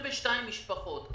משפחות.